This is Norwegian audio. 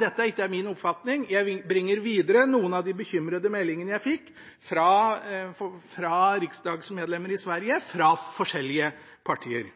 dette er ikke min oppfatning – jeg bringer videre noen av de bekymrede meldingene jeg fikk fra riksdagsmedlemmer i Sverige fra forskjellige partier.